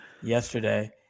yesterday